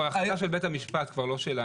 זו כבר החלטה של בית המשפט, כבר לא שלנו.